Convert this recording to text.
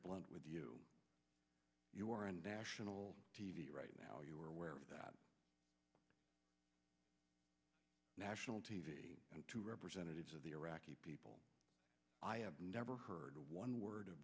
blunt with you you are a national t v right now you are aware of that national t v and to representatives of the iraqi people i have never heard one word